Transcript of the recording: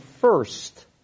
first